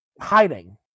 hiding